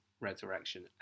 resurrection